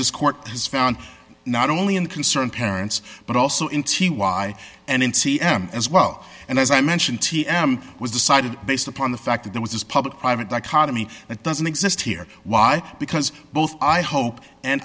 this court has found not only in concerned parents but also in t y and in c m as well and as i mentioned t m was decided based upon the fact that there was this public private dichotomy that doesn't exist here why because both i hope and